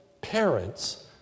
parents